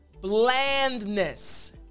blandness